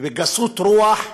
ובגסות רוח,